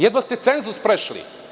Jedva ste cenzus prešli.